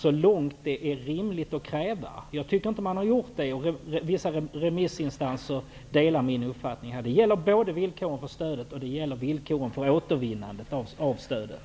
Jag tycker inte att den har lämnat sådana, och vissa remissinstanser delar min uppfattning härvidlag. Det gäller både villkoren för stödet och villkoren för att återvinna stödet.